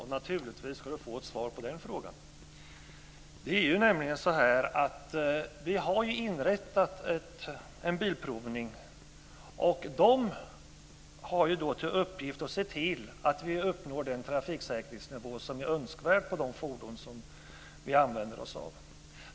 Herr talman! Jan-Evert Rådhström ska naturligtvis få ett svar på den frågan. Vi har inrättat en bilprovning, som har till uppgift att se till att vi uppnår den trafiksäkerhetsnivå som är önskvärd på de fordon som vi använder oss av.